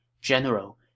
General